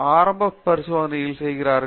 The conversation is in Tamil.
ஆரம்ப பரிசோதனைகளை செய்கிறார்கள்